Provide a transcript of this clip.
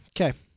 Okay